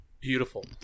Beautiful